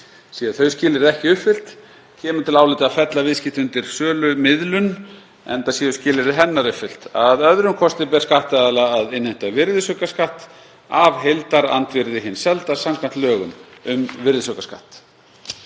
Séu þau skilyrði ekki uppfyllt kemur til álita að fella viðskipti undir sölumiðlun enda séu skilyrði hennar uppfyllt. Að öðrum kosti ber skattaðila að innheimta virðisaukaskatt af heildarandvirði hins selda samkvæmt lögum um virðisaukaskatt.